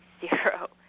zero